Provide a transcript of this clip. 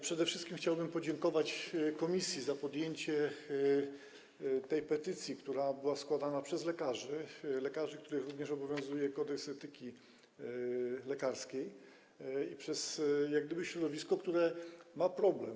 Przede wszystkim chciałbym podziękować komisji za podjęcie sprawy tej petycji, która była składana przez lekarzy, lekarzy, których również obowiązuje Kodeks etyki lekarskiej, czyli przez środowisko, które ma z tym problem.